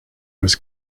was